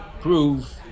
prove